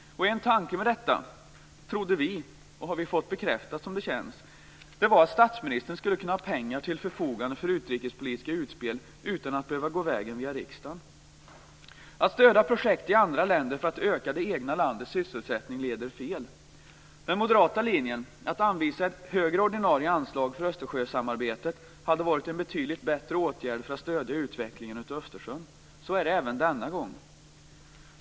En tanke med detta - trodde vi och det har vi fått bekräftat, som det känns - var att statsministern skulle kunna ha pengar till förfogande för utrikespolitiska utspel utan att behöva gå via riksdagen. Att stödja projekt i andra länder för att öka det egna landets sysselsättning leder fel. Den moderata linjen, att anvisa ett högre ordinarie anslag för Östersjösamarbetet, skulle ha varit en betydligt bättre åtgärd för att stödja utvecklingen av Östersjön. Så är det även denna gång.